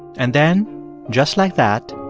and then just like that,